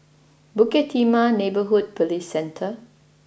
Bukit Timah Neighbourhood Police Centre